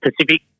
Pacific